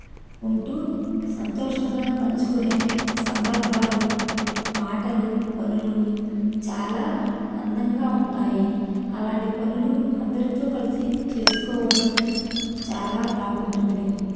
ఉంటూ సంతోషంగా పంచుకునే సందర్భాలు మాటలు పనులు చాలా అందంగా ఉంటాయి అలాంటి పనులు అందరితో కలిసి చేసుకోవడం చాలా బాగుంటుంది